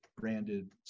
branded